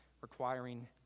requiring